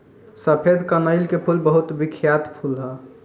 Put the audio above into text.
सफेद कनईल के फूल बहुत बिख्यात फूल ह